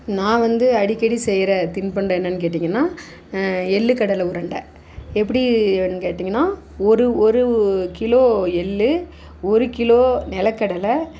நான் வந்து அடிக்கடி செய்கிற திண்பண்டம் என்னென்னு கேட்டிங்கன்னா எள் கடலை உருண்டை எப்படின் கேட்டிங்கன்னா ஒரு ஒரு கிலோ எள் ஒரு கிலோ நிலக்கடலை